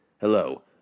Hello